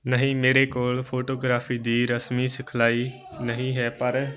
ਨਹੀਂ ਮੇਰੇ ਕੋਲ ਫੋਟੋਗ੍ਰਾਫੀ ਦੀ ਰਸਮੀ ਸਿਖਲਾਈ ਨਹੀਂ ਹੈ ਪਰ